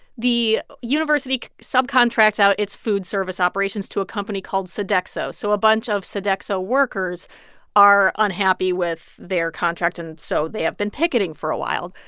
the university subcontracts out its food service operations to a company called sodexo. so a bunch of sodexo workers are unhappy with their contract, and so they have been picketing for a while.